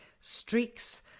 streaks